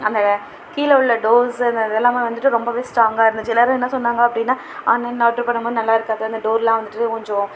அந்த கீழே உள்ள டோர்ஸ் அந்த அது எல்லாம் வந்துட்டு ரொம்ப ஸ்ட்ராங்காக இருந்துச்சு எல்லோரும் என்ன சொன்னாங்க அப்படினா ஆன்லைனில் ஆர்டரு பண்ணினா நல்லா இருக்காது அந்த டோர்லாம் வந்துவிட்டு உடஞ்சிரும்